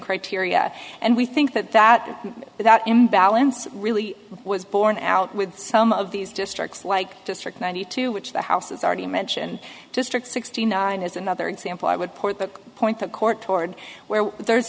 criteria and we think that that is that imbalance really was borne out with some of these districts like district ninety two which the house is already mentioned district sixty nine is another example i would put the point the court toward where there